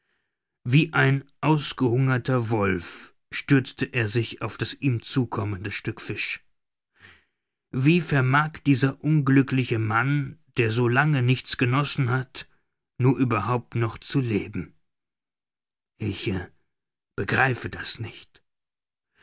wie ein ausgehungerter wolf stürzte er sich auf das ihm zukommende stück fisch wie vermag dieser unglückliche mann der so lange zeit nichts genossen hat nur überhaupt noch zu leben ich begreife das nicht